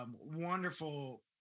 Wonderful